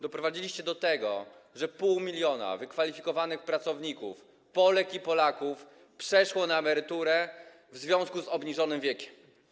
Doprowadziliście do tego, że pół miliona wykwalifikowanych pracowników, Polek i Polaków, przeszło na emeryturę w związku z obniżonym wiekiem.